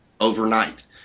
overnight